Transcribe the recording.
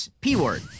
P-word